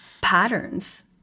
patterns